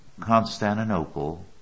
Constantinople